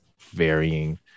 varying